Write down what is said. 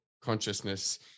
consciousness